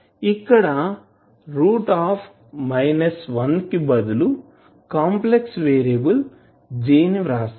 ఇక్కడ root of 1√ 1 కి బదులు కాంప్లెక్స్ వెరిబుల్ j ని వ్రాస్తాము